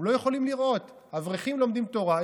הם לא יכולים לראות אברכים לומדים תורה.